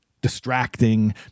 distracting